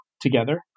together